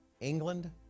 England